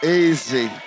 easy